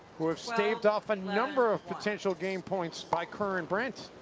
who have staved off a number of potential game points by kerr and brent.